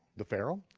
the pharaoh,